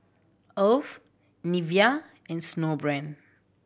Alf Nivea and Snowbrand